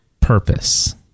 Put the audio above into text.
purpose